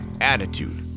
attitude